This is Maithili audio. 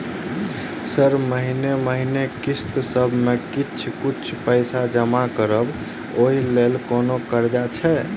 सर महीने महीने किस्तसभ मे किछ कुछ पैसा जमा करब ओई लेल कोनो कर्जा छैय?